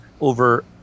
over